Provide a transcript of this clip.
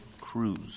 Cruz